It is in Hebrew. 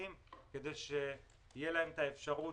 הפקחים כדי שתהיה להם אפשרות,